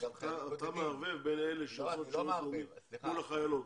אתה מערבב בין אלה שעושות שירות לאומי מול החיילות.